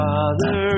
Father